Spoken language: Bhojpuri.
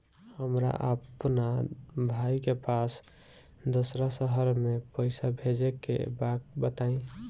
हमरा अपना भाई के पास दोसरा शहर में पइसा भेजे के बा बताई?